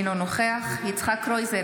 אינו נוכח יצחק קרויזר,